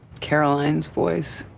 caroline's voice,